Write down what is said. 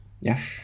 Yes